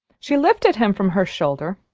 she lifted him from her shoulder,